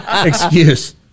Excuse